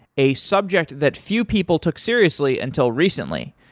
a subject that few people took seriously until recently.